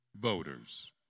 voters